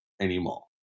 anymore